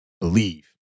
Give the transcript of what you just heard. believe